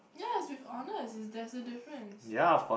yeah it's with honours is there is a difference